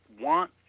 want